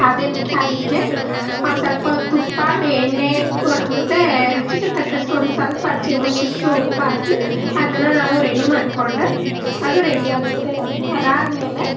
ಅದನ್ನ ಅದಕ್ಕೆ ಸ್ವಲ್ಪ ತುಪ್ಪ ಎಣ್ಣೆ ಮತ್ತು ರುಚಿಗೆ ತಕ್ಕಷ್ಟು ಒಂದು ಸ್ವಲ್ಪ ಒಂದು ಚಿಟಿಕೆ ಉಪ್ಪು ಹಾಕಿ ಅದನ್ನು ನಾವು ರೆಡಿ ಮಾಡಿಕೊಂಡ್ರೆ ಅದು ರೆಡಿಯಾಗುತ್ತೆ ಅದಾದ ಮೇಲೆ